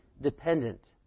dependent